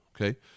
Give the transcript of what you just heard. okay